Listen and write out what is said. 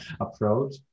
approach